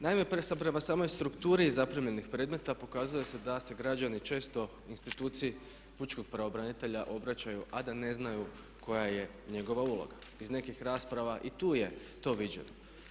Naime, prema samoj strukturi zaprimljenih predmeta pokazuje se da se građani često instituciji pučkog pravobranitelja obraćaju a da ne znaju koja je njegova uloga, iz nekih rasprava i tu je to viđeno.